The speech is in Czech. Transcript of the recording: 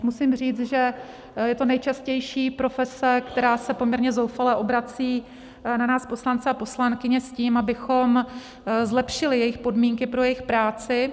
Musím říct, že je to nejčastější profese, která se poměrně zoufale obrací na nás poslance a poslankyně s tím, abychom zlepšili podmínky pro jejich práci.